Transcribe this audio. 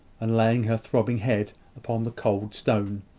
and laying her throbbing head upon the cold stone.